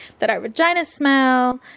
that our vaginas smell,